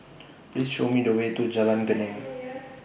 Please Show Me The Way to Jalan Geneng